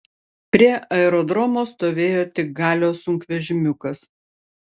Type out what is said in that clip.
prie aerodromo stovėjo tik galio sunkvežimiukas